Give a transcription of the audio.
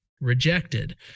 rejected